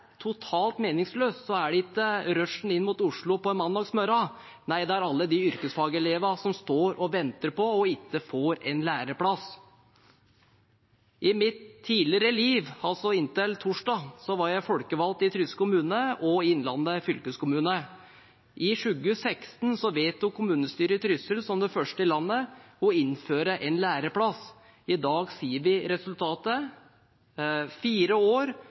totalt meningsløs, er det ikke rushet inn mot Oslo på en mandag morgen – nei, det er alle de yrkesfagelevene som står og venter på, og ikke får, en læreplass. I mitt tidligere liv, altså inntil torsdag, var jeg folkevalgt i Trysil kommune og i Innlandet fylkeskommune. I 2016 vedtok kommunestyret i Trysil som det første i landet å innføre en læreplassgaranti. I dag ser vi resultatet: På fire år